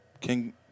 King